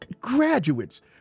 Graduates